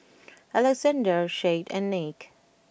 Alexander Chet and Nick